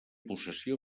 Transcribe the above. possessió